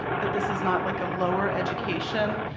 that this is not like a lower education.